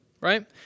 right